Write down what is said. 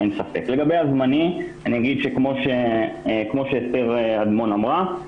לגבי הזמני, כמו שאסתר אדמון אמרה,